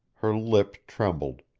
her lip trembled,